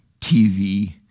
TV